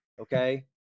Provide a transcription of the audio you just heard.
Okay